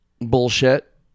Bullshit